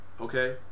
Okay